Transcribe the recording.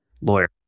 lawyer